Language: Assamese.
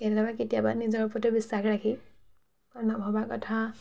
কেতিয়াবা কেতিয়াবা নিজৰ ওপৰতে বিশ্বাস ৰাখি নভবা কথা